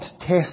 test